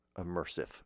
immersive